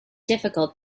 difficult